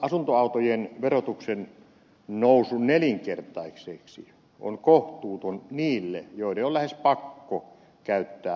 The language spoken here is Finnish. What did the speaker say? asuntoautojen verotuksen nousu nelinkertaiseksi on kohtuuton niille joiden on lähes pakko käyttää asuntoautoa työnsä takia